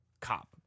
cop